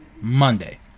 Monday